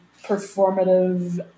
performative